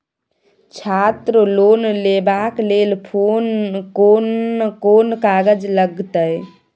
छात्र लोन लेबाक लेल कोन कोन कागज लागतै?